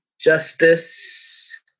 Justice